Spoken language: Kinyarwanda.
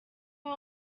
nka